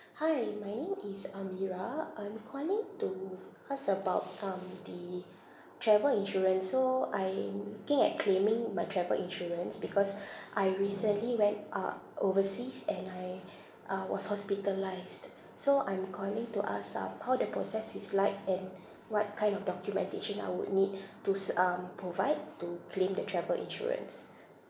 hi my name is amirah I'm calling to ask about um the travel insurance so I am looking at claiming my travel insurance because I recently went uh overseas and I uh was hospitalised so I'm calling to ask um how the process is like and what kind of documentation I would need to s~ um provide to claim the travel insurance